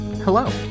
Hello